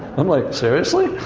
i'm like, seriously?